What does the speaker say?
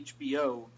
HBO